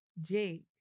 Jake